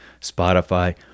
Spotify